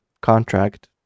contract